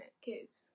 kids